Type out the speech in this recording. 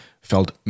felt